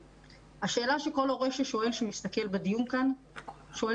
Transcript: השאלה שכל הורה שצופה בדיון כאן שואל